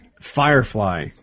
Firefly